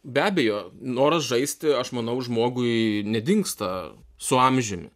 be abejo noras žaisti aš manau žmogui nedingsta su amžiumi